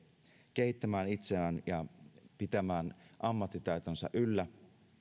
kehittämään itseään ja pitämään ammattitaitoansa yllä